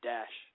Dash